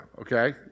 okay